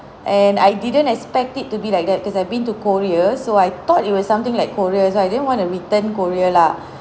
and I didn't expect it to be like that because I've been to korea so I thought it was something like korea so I didn't want to return korea lah